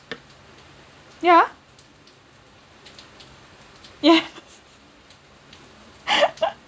yeah yes